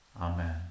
Amen